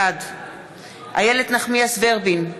בעד איילת נחמיאס ורבין,